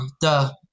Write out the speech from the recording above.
duh